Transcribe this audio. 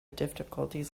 difficulties